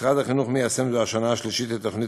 משרד החינוך מיישם זו השנה השלישית את תוכנית